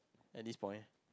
end this point